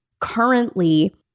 currently